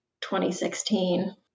2016